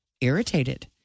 irritated